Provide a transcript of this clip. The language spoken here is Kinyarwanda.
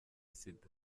sida